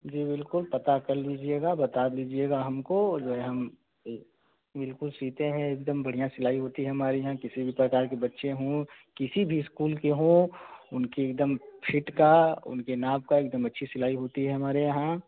जी बिल्कुल पता कर लीजिएगा बता दीजिएगा हमको जो हैं हम बिल्कुल सीते हैं एक दम बढ़िया सिलाई होती है हमारे यहाँ किसी भी प्रकार के बच्चे हो किसी भी इस्कूल के हो उनके एक दम फिट का उनके नाप की एक दम अच्छी सिलाई होती है हमारे यहाँ